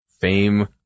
fame